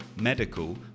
medical